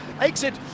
exit